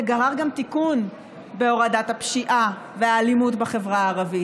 זה גרר גם תיקון בהורדת הפשיעה והאלימות בחברה הערבית,